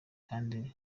kandi